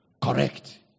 Correct